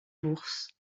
bourse